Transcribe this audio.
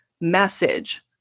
message